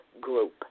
group